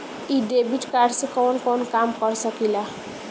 इ debit card से कवन कवन काम कर सकिला?